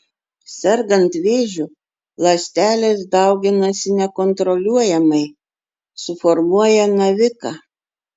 sergant vėžiu ląstelės dauginasi nekontroliuojamai suformuoja naviką